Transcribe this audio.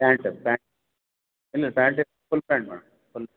pant ಪ್ಯಾ ಇಲ್ಲ pant full pant ಮಾಡಿ ಫುಲ್